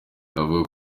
navuga